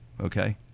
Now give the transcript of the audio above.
okay